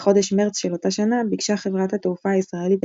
בחודש מרץ של אותה שנה ביקשה חברת התעופה הישראלית,